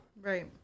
Right